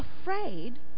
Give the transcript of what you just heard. afraid